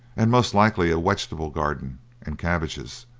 and most likely a wegtable garden and cabbages.